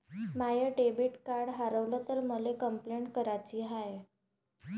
माय debit card हारवल तर मले कंपलेंट कराची हाय